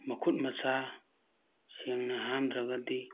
ꯃꯈꯨꯠ ꯃꯁꯥ ꯁꯦꯡꯅ ꯍꯥꯝꯗ꯭ꯔꯒꯗꯤ